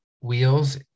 wheels